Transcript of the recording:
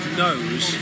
knows